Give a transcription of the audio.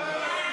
בקריאה שנייה.